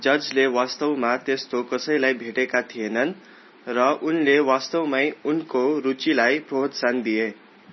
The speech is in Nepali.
जर्जले वास्तवमा त्यस्तो कसैलाई भेटेका थिएनन् र उनले वास्तवमै उनको रुचिलाई प्रोत्साहन दिए